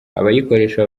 abayikoresha